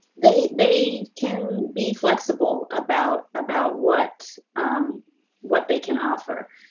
they they can be flexible about about what what they can offer.